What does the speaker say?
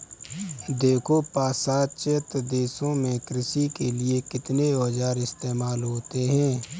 देखो पाश्चात्य देशों में कृषि के लिए कितने औजार इस्तेमाल होते हैं